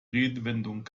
redewendung